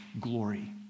glory